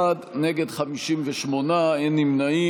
בעד, 41, נגד, 58, אין נמנעים.